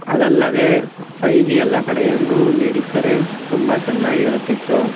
ಅದಲ್ಲದೇ ಫೈಜಿ ಎಲ್ಲ ಕಡೆಯಲ್ಲೂ ನೀಡಿದ್ದರೆ ತುಂಬ ಚೆನ್ನಾಗಿರುತ್ತಿತ್ತು